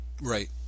Right